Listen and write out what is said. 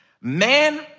Man